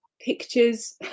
pictures